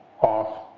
off